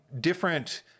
different